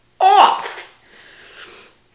off